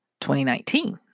2019